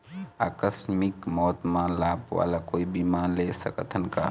आकस मिक मौत म लाभ वाला कोई बीमा ले सकथन का?